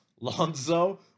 Lonzo